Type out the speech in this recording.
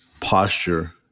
posture